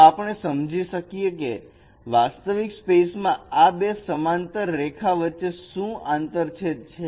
જો આપણે સમજી શકીએ કે વાસ્તવિક સ્પેસ માં આ બે સમાંતર રેખા વચ્ચે શું આંતર છેદ છે